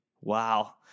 Wow